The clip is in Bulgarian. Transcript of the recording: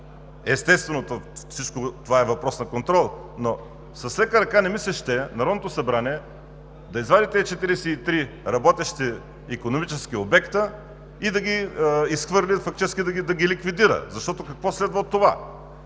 Естествено, всичко това е въпрос на контрол, но с лека ръка не ми се ще Народното събрание да извади тези 43 работещи икономически обекта и да ги изхвърли, фактически да ги ликвидира. Защото какво следва от това?